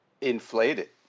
Inflated